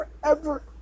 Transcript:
forever